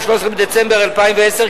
13 בדצמבר 2010,